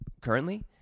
currently